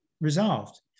resolved